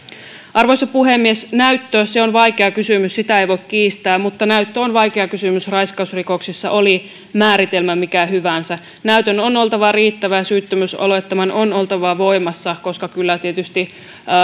arvoisa puhemies näyttö on vaikea kysymys sitä ei voi kiistää mutta näyttö on vaikea kysymys raiskausrikoksissa oli määritelmä mikä hyvänsä näytön on oltava riittävä ja syyttömyysolettaman on oltava voimassa koska kyllä tietysti